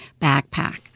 backpack